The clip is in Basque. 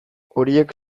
horiek